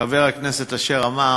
חבר הכנסת אשר אמר